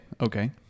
okay